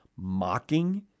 mocking